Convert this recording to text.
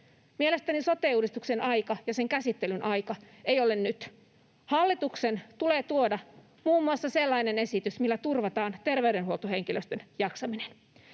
Mielestäni sote-uudistuksen aika ja sen käsittelyn aika ei ole nyt. Hallituksen tulee tuoda muun muassa sellainen esitys, millä turvataan terveydenhuoltohenkilöstön jaksaminen.